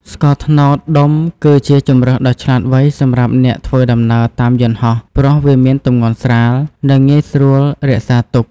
ស្ករត្នោតដុំគឺជាជម្រើសដ៏ឆ្លាតវៃសម្រាប់អ្នកធ្វើដំណើរតាមយន្តហោះ ព្រោះវាមានទម្ងន់ស្រាល និងងាយស្រួលរក្សាទុក។